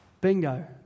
Bingo